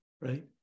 right